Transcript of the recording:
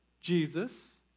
Jesus